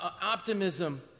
optimism